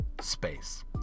space